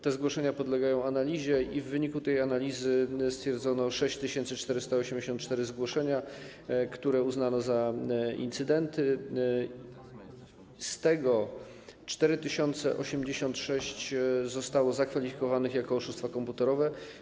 Te zgłoszenia podlegają analizie i w wyniku tej analizy 6484 zgłoszenia uznano za incydenty, z czego 4086 zostało zakwalifikowanych jako oszustwa komputerowe.